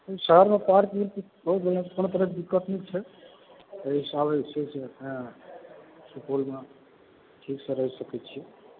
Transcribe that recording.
शहरमे पार्क भी बहुत बढ़िआँ छै कोनो तरहके दिक्कत नहि छै एहि हिसाबसँ अपने सुपौलमे ठीकसँ रहि सकै छिए